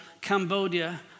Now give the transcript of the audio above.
Cambodia